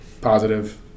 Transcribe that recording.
positive